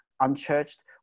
unchurched